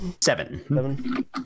Seven